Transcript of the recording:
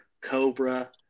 Cobra